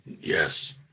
Yes